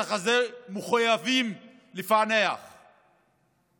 חייבים לפענח את הרצח הזה.